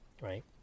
right